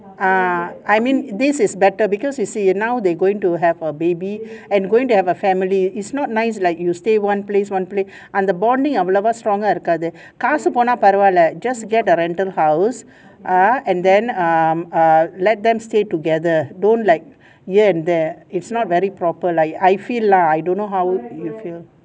ah I mean this is better because you see now they going to have a baby and going to have a family is not nice like you stay one place one place and the bonding அவ்வளவா:avalavaa stronger இருக்காது காசு போனா பரவாள்ள:irukkaathu kaasu ponaa paravalla just get a rental house ah and then um err let them stay together don't like here and there it's not very proper lah I feel lah I don't know how you feel